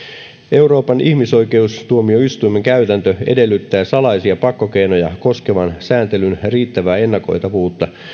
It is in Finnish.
euroopan ihmisoikeustuomioistuimen käytäntö edellyttää salaisia pakkokeinoja koskevan sääntelyn riittävää ennakoitavuutta